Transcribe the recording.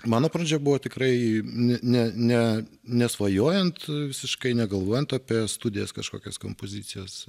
mano pradžia buvo tikrai ne ne nesvajojant visiškai negalvojant apie studijas kažkokias kompozicijos